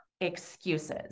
excuses